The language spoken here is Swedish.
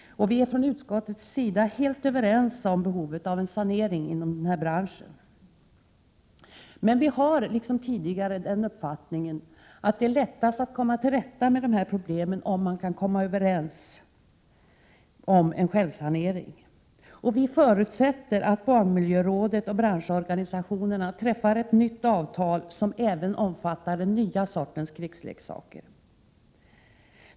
Vi är i utskottet helt överens om behovet av en sanering inom denna bransch. Men vi har liksom tidigare den uppfattningen att det är lättast att komma till rätta med de här problemen om det går att komma överens om en självsanering. Vi förutsätter att barnmiljörådet och branschorganisationerna träffar ett nytt avtal som även omfattar den nya sortens krigsleksaker.